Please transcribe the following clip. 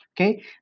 okay